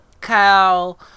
Kyle